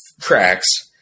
tracks